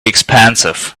expensive